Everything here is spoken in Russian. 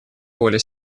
воля